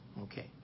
Okay